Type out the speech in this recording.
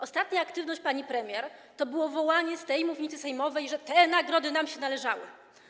Ostatnia aktywność pani premier to było wołanie z tej mównicy sejmowej, że te nagrody nam się należały.